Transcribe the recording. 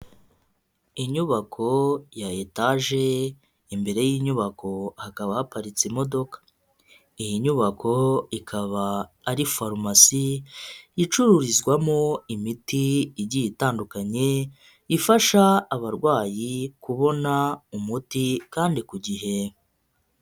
Inyubako ya etaje, imbere y'inyubako hakaba haparitse imodoka, iyi nyubako ikaba ari farumasi icururizwamo imiti igiye itandukanye ifasha abarwayi kubona umuti kandi ku gihe.